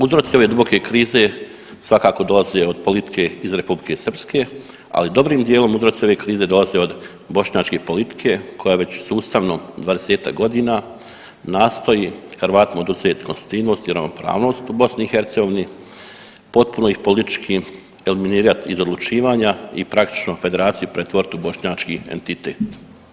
Uzroci ove duboke krize svakako dolaze od politike iz Republike Srpske, ali dobrim dijelom uzroci ove krize dolaze od bošnjačke politike koja već sustavno 20-tak godina nastoji Hrvatima oduzeti konstitutivnost i ravnopravnost u BiH, potpuno ih politički eliminirat iz odlučivanja i praktično federaciju pretvorit u bošnjački entitet.